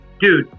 dude